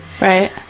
Right